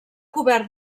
cobert